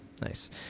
Nice